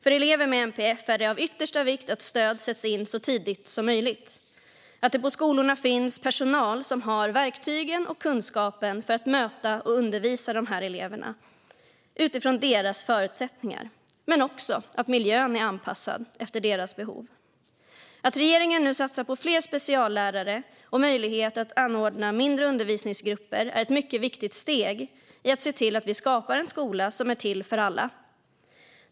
För elever med NPF är det av yttersta vikt att stöd sätts in så tidigt som möjligt, att det på skolorna finns personal som har verktygen och kunskapen att möta och undervisa dessa elever utifrån deras förutsättningar och att miljön är anpassad efter deras behov. Att regeringen nu satsar på fler speciallärare och möjlighet att anordna mindre undervisningsgrupper är ett mycket viktigt steg i att se till att vi skapar en skola som är till för alla.